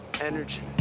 energy